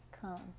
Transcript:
come